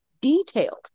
detailed